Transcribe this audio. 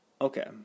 Okay